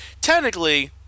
technically